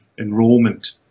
enrollment